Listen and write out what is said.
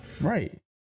right